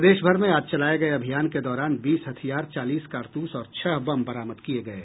प्रदेशभर में आज चलाये गये अभियान के दौरान बीस हथियार चालीस कारतूस और छह बम बरामद किये गये